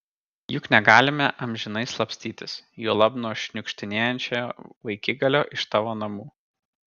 juk negalime amžinai slapstytis juolab nuo šniukštinėjančio vaikigalio iš tavo namų